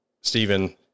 Stephen